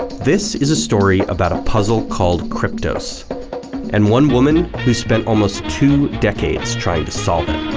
this is a story about a puzzle called kryptos and one woman who's spent almost two decades trying to solve it.